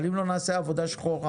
אבל אם לא נעשה עבודה שחורה